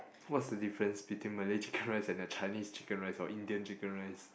what's the difference between Malay chicken rice and the Chinese chicken rice or Indian chicken rice